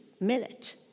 millet